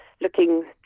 looking